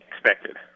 expected